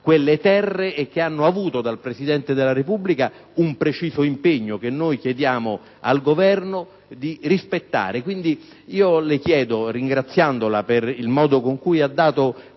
quelle terre e che hanno avuto dal Presidente della Repubblica un preciso impegno, che noi chiediamo al Governo di rispettare. Signor Sottosegretario, ringraziandola per il modo in cui ha dato